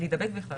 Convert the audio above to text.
להידבק בכלל.